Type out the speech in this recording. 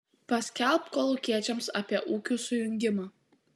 paskelbk kolūkiečiams apie ūkių sujungimą